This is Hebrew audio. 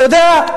אתה יודע,